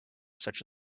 such